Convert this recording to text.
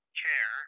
chair